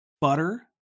butter